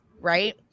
right